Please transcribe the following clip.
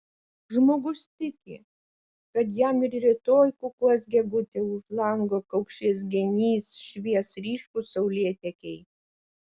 žmogus tiki kad jam ir rytoj kukuos gegutė už lango kaukšės genys švies ryškūs saulėtekiai